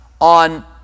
on